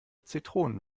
zitronen